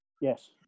Yes